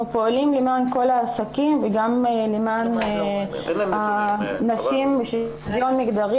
אנחנו פועלים למען כל העסקים וגם למען הנשים ש --- אין להם נתונים.